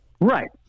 Right